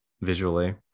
visually